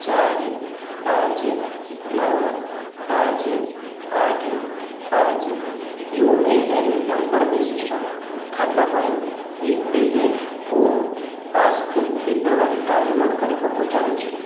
ଚାରି ପାଞ୍ଚ ନଅ ପାଞ୍ଚ ଆଠ ପାଞ୍ଚ ୟୁ ଏ ଏନ୍ ନମ୍ବର୍ ବିଶିଷ୍ଟ ଖାତା ପାଇଁ E P F O passbook ବିବରଣୀ ଡାଉନଲୋଡ଼୍ କରିବାକୁ ଚାହୁଁଛି